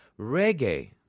Reggae